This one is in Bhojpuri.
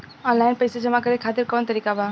आनलाइन पइसा जमा करे खातिर कवन तरीका बा?